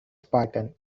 spartan